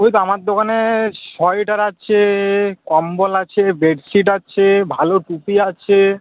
ওই তো আমার দোকানে সোয়েটার আছে কম্বল আছে বেডশিট আছে ভালো টুপি আছে